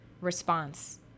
response